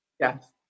Yes